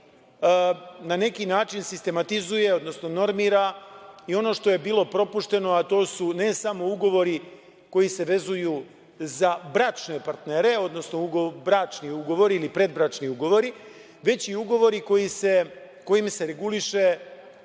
na neki način sistematizaciju, odnosno normira i ono što je bilo propušteno, a to su ne samo ugovori koji se vezuju za bračne partnere, odnosno bračni ugovori ili predbračni ugovori, već i ugovori kojim se reguliše